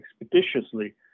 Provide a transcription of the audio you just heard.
expeditiously